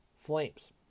Flames